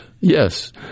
Yes